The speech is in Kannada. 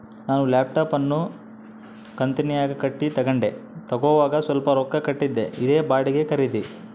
ನಾನು ಲ್ಯಾಪ್ಟಾಪ್ ಅನ್ನು ಕಂತುನ್ಯಾಗ ಕಟ್ಟಿ ತಗಂಡೆ, ತಗೋವಾಗ ಸ್ವಲ್ಪ ರೊಕ್ಕ ಕೊಟ್ಟಿದ್ದೆ, ಇದೇ ಬಾಡಿಗೆ ಖರೀದಿ